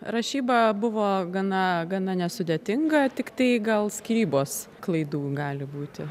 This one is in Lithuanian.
rašyba buvo gana gana nesudėtinga tiktai gal skyrybos klaidų gali būti